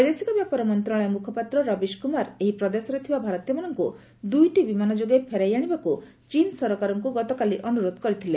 ବୈଦେଶିକ ବ୍ୟାପାର ମନ୍ତ୍ରଣାଳୟ ମୁଖପାତ୍ର ରବୀଶ୍ କୁମାର ଏହି ପ୍ରଦେଶରେ ଥିବା ଭାରତୀୟମାନଙ୍କୁ ଦୁଇଟି ବିମାନ ଯୋଗେ ଫେରାଇ ଆଣିବାକୁ ଚୀନ୍ ସରକାରଙ୍କୁ ଗତକାଲି ଅନୁରୋଧ କରିଥିଲେ